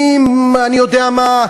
אם, אני יודע מה,